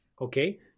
okay